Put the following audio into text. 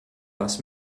was